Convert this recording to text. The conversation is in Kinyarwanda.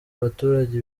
abaturage